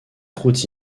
route